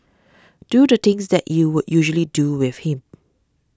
do the things that you would usually do with him